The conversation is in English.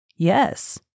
Yes